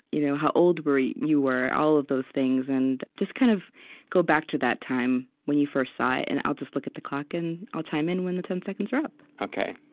you know how old you you were, all of those things, and just kind of go back to that time when you first saw it. and i'll just look at the clock, and i'll chime in when the ten seconds are up ok,